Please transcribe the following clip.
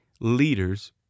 leaders